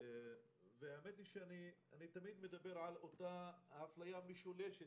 אני תמיד מדבר על אותה אפליה משולשת